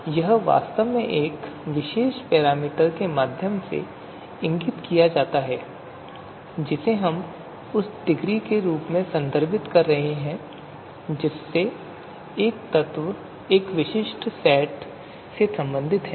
तो यह वास्तव में एक विशेष पैरामीटर के माध्यम से इंगित किया जाता है जिसे हम उस डिग्री के रूप में संदर्भित कर रहे हैं जिससे एक तत्व एक विशिष्ट सेट से संबंधित है